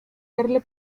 verle